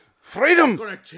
Freedom